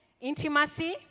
intimacy